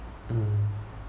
mm